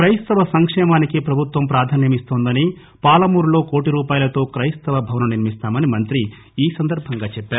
కైస్తవ సంకేమానికి ప్రభుత్వం ప్రాధాన్యమిస్తోందని పాలమూరులో కోటి రూపాయలతో కైస్తవ భవనం నిర్మిస్తామని మంత్రి ఈ సందర్భంగా చెప్పారు